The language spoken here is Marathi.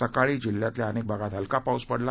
सकाळी जिल्ह्यातील अनेक भागात हलका पाऊस पडला